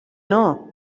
know